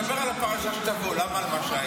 דבר על הפרשה שתבוא, למה על מה שהיה?